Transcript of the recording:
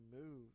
move